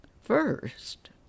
First